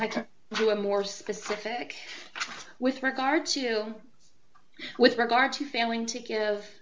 can do a more specific with regard to with regard to failing to give